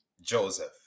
Joseph